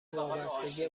وابستگی